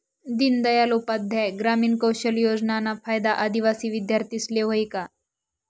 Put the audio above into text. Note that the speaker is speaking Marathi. दीनदयाल उपाध्याय ग्रामीण कौशल योजनाना फायदा आदिवासी विद्यार्थीस्ले व्हयी का?